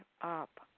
up